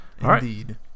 Indeed